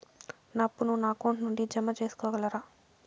నా అప్పును నా అకౌంట్ నుండి జామ సేసుకోగలరా?